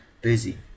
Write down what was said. busy